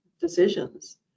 decisions